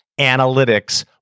analytics